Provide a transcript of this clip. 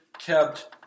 kept